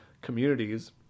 communities